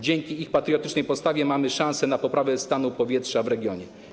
Dzięki ich patriotycznej postawie mamy szansę na poprawę stanu powietrza w regionie.